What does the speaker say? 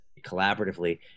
collaboratively